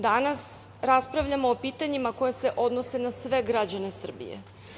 Danas raspravljamo o pitanjima koja se odnose na sve građane Srbije.